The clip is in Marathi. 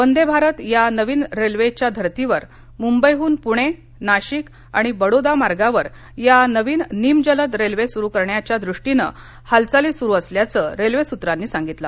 वंदे भारत या नवीन रेल्वेच्या धर्तीवर मुंबईहन पुणे नाशिक आणि बडोदा मार्गावर या नवीन निम जलद रेल्वे सुरु करण्याच्या दृष्टीनं हालचाली सुरु असल्याचं रेल्वेच्या सूत्रांनी सांगितलं